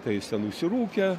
tai jis ten užsirūkę